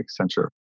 Accenture